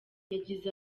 yagize